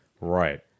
Right